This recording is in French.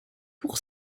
pour